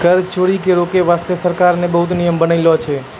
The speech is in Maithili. कर चोरी के रोके बासते सरकार ने बहुते नियम बनालो छै